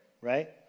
Right